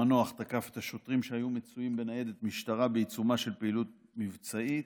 המנוח תקף את שוטרים שהיו בניידת משטרה בעיצומה של פעילות מבצעית.